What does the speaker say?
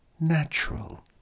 natural